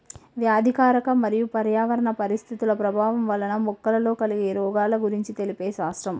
వ్యాధికారక మరియు పర్యావరణ పరిస్థితుల ప్రభావం వలన మొక్కలలో కలిగే రోగాల గురించి తెలిపే శాస్త్రం